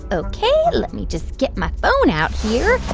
ok, let me just get my phone out here.